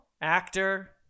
actor